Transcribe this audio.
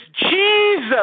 Jesus